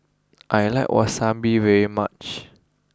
I like Wasabi very much